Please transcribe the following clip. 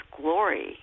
glory